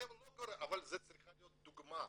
אבל זו צריכה להיות דוגמה.